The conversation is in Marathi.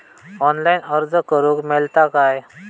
ऑनलाईन अर्ज करूक मेलता काय?